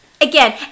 again